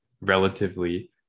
relatively